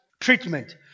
treatment